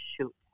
shoot